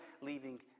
leaving